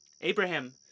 Abraham